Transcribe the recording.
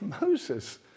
Moses